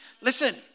Listen